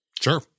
Sure